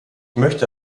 möchte